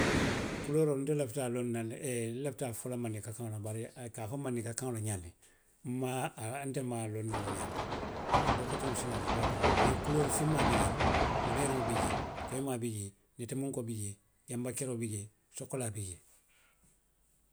Kulooroo nte lafita a loŋ na le nlafitaa a fo la mandinka kaŋo la, baari i ka a fo mandinka kaŋo la ňaamiŋ. nmaŋ a, nte maŋ a loŋ noo wo ňaama. Bari dooketeŋwolu si naa le i be a loŋ noo la le. Mee kuloori finmaa bi jee le, wuleeriŋo bi jee, koyimaa bi jee, netemunkoo bi jee, janba keroo bi jee, sokolaa bi jee.